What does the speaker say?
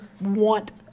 want